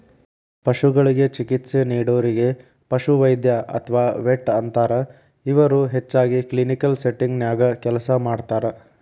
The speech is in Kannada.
ಪಶುಗಳಿಗೆ ಚಿಕಿತ್ಸೆ ನೇಡೋರಿಗೆ ಪಶುವೈದ್ಯ ಅತ್ವಾ ವೆಟ್ ಅಂತಾರ, ಇವರು ಹೆಚ್ಚಾಗಿ ಕ್ಲಿನಿಕಲ್ ಸೆಟ್ಟಿಂಗ್ ನ್ಯಾಗ ಕೆಲಸ ಮಾಡ್ತಾರ